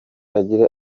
agira